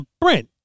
Brent